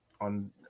on